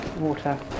water